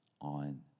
on